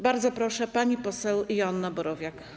Bardzo proszę, pani poseł Joanna Borowiak.